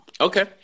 Okay